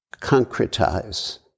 concretize